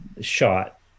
shot